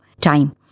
time